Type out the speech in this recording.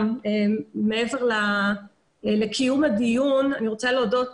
מעבר לקיום הדיון אני רוצה להודות